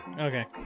Okay